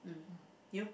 mm you